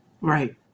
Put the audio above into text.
Right